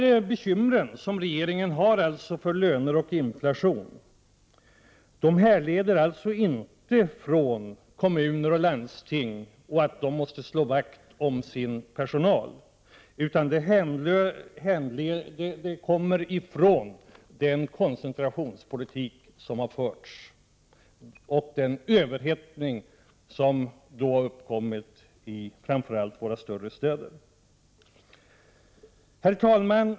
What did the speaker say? Dessa bekymmer som regeringen har för löner och inflation härleder sig alltså inte från kommuner och landsting, därför att de måste slå vakt om sin personal, utan de härleder sig från den koncentrationspolitik som har förts och den överhettning som har uppkommit i framför allt de större städerna. Herr talman!